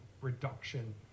reduction